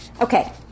okay